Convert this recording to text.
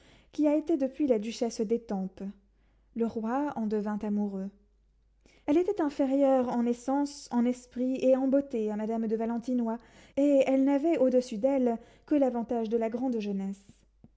qui a été depuis la duchesse d'étampes le roi en devint amoureux elle était inférieure en naissance en esprit et en beauté à madame de valentinois et elle n'avait au-dessus d'elle que l'avantage de la grande jeunesse